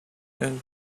and